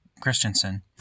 Christensen